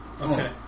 Okay